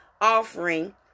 offering